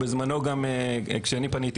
בזמנו, כשאני פניתי